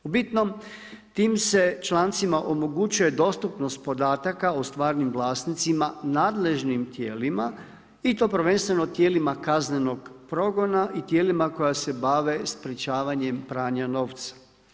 U bitnom, tim se člancima omogućuje dostupnost podataka o stvarnim vlasnicima, nadležnim tijelima i to prvenstveno tijelima kaznenog progona i tijelima koji se bave sprečavanjem pranja novca.